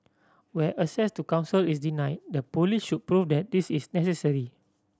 where access to counsel is denied the police should prove that this is necessary